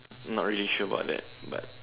not really sure about that but